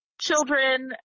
children